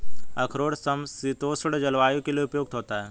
अखरोट समशीतोष्ण जलवायु के लिए उपयुक्त होता है